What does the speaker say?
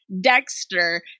Dexter